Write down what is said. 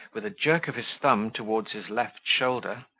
with a jerk of his thumb towards his left shoulder,